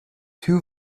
two